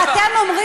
ואחריה,